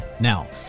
Now